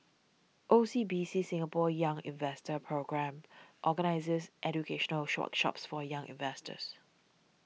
O C B C Singapore's Young Investor Programme organizes educational shop shops for young investors